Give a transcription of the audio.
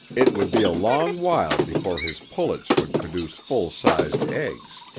it would be a long while before his pullets would produce full-sized eggs.